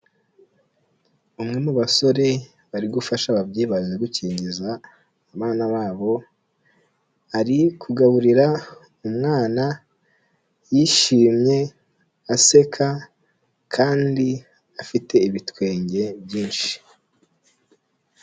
Umwe mu basore bari gufasha ababyeyi baje gukingiza abana babo ari kugaburira umwana, yishimye, aseka, kandi afite ibitwenge byinshi.